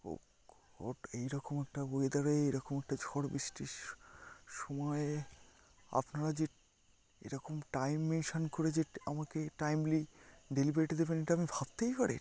ও ওঠ এই রকম একটা ওয়েদারে এই রকম একটা ঝড় বৃষ্টি সময়ে আপনারা যে এরকম টাইম মেনশান করে যে আমাকে টাইমলি ডেলিভারিটা দেবেন এটা আমি ভাবতেই পারি নি